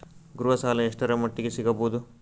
ಗೃಹ ಸಾಲ ಎಷ್ಟರ ಮಟ್ಟಿಗ ಸಿಗಬಹುದು?